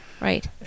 Right